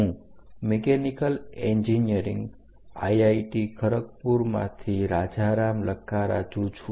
હું mechanical engineering IIT ખરગપુરમાંથી રાજારામ લક્કારાજુ છું